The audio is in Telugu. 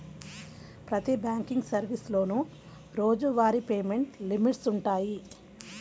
ప్రతి బ్యాంకింగ్ సర్వీసులోనూ రోజువారీ పేమెంట్ లిమిట్స్ వుంటయ్యి